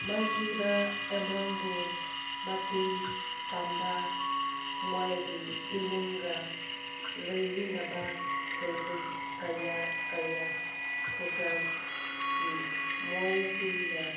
ꯃꯥꯡꯈꯤꯕ ꯏꯃꯨꯡꯕꯨ ꯃꯇꯦꯡ ꯄꯥꯡꯕ ꯃꯣꯏꯒꯤ ꯏꯃꯨꯡꯒ ꯂꯩꯃꯤꯟꯅꯕ ꯄ꯭ꯔꯖꯦꯟ ꯀꯌꯥ ꯀꯌꯥ ꯈꯨꯡꯒꯪꯒꯤ ꯃꯣꯏꯁꯤꯡꯅ